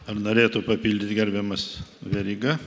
ar norėtų papildyt gerbiamas veryga